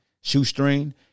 shoestring